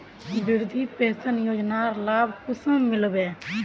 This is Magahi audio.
वृद्धा पेंशन योजनार लाभ कुंसम मिलबे?